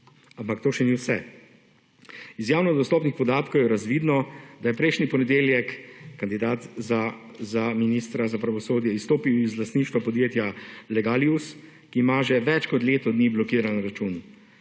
ampak to še ni vse. Iz javno dostopnih podatkov je razvidno, da je prejšnji ponedeljek kandidat za ministra za pravosodje izstopil iz lastništva podjetja Legalius, ki ima že več kot leto dni blokiran račun